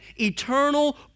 eternal